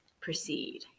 Proceed